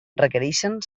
requereixen